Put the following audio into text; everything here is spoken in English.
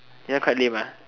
this one quite lame